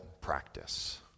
practice